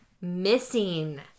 Missing